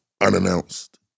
unannounced